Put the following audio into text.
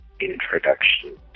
introduction